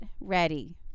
ready